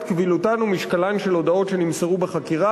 קבילותן ומשקלן של הודאות שנמסרו בחקירה,